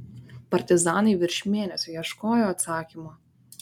partizanai virš mėnesio ieškojo atsakymo